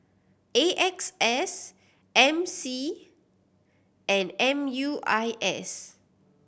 A X S M C and M U I S